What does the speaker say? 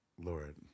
Lord